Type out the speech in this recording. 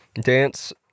dance